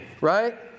right